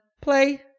play